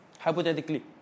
Hypothetically